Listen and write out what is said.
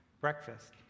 breakfast